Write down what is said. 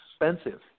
expensive